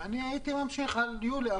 אני הייתי ממשיך עד יולי.